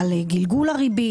על גלגול הריבית,